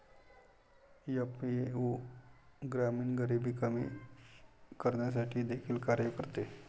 FAO ग्रामीण गरिबी कमी करण्यासाठी देखील कार्य करते